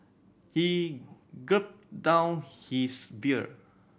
he gulped down his beer